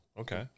Okay